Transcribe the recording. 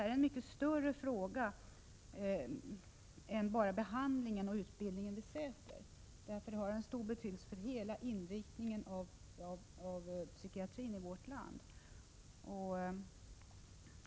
Frågan är mycket större än att bara gälla själva behandlingen och utbildningen i Säter. Den har stor betydelse för hela inriktningen av psykiatrin i vårt land.